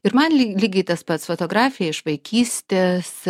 ir man lygiai tas pats fotografija iš vaikystės